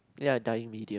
ya dying media